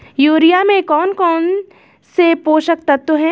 Urea में कौन कौन से पोषक तत्व है?